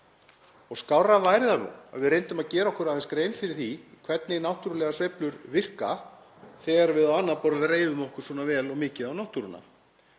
Skárra væri það nú að við reyndum að gera okkur aðeins grein fyrir því hvernig náttúrulegar sveiflur virka þegar við á annað borð reiðum okkur svona vel og mikið á náttúruna.